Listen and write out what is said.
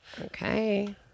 Okay